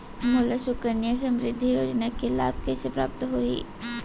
मोला सुकन्या समृद्धि योजना के लाभ कइसे प्राप्त होही?